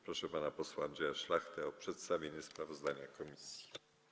Proszę pana posła Andrzeja Szlachtę o przedstawienie sprawozdania komisji.